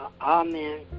Amen